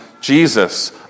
Jesus